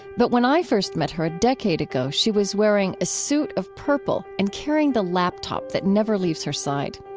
but when i first met her a decade ago, she was wearing a suit of purple and carrying the laptop that never leaves her side.